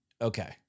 okay